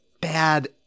bad